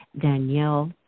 Danielle